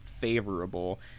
favorable